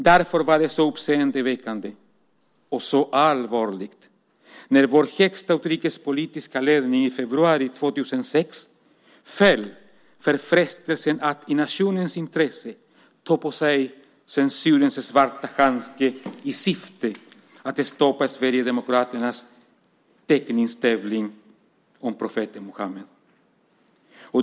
Därför var det så uppseendeväckande och så allvarligt när vår högsta utrikespolitiska ledning i februari 2006 föll för frestelsen att i nationens intresse ta på sig censurens svarta handske i syfte att stoppa Sverigedemokraternas teckningstävling om profeten Muhammed.